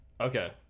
Okay